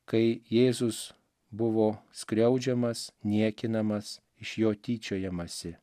kai jėzus buvo skriaudžiamas niekinamas iš jo tyčiojamasi